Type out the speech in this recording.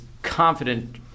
confident